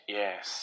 yes